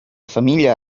famiglia